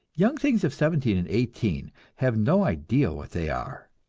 young things of seventeen and eighteen have no idea what they are,